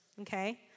Okay